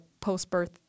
post-birth